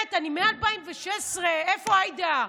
אני מ-2016, איפה עאידה?